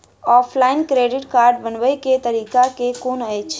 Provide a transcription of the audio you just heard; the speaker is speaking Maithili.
ऑफलाइन क्रेडिट कार्ड बनाबै केँ तरीका केँ कुन अछि?